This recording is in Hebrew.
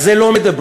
על זה לא מדברים,